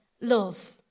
love